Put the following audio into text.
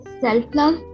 self-love